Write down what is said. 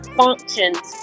functions